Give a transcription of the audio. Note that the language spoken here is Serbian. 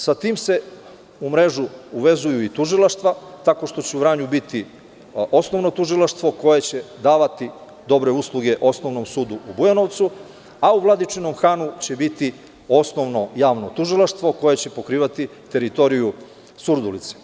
Sa tim se u mrežu uvezuju i tužilaštva, tako što će u Vranju biti Osnovno tužilaštvo, koje će davati dobre usluge Osnovnom sudu u Bujanovcu, a u Vladičinom Hanu će biti Osnovno javno tužilaštvo, koje će pokrivati teritoriju Surdulice.